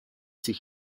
sich